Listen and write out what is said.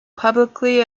publicly